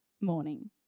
morning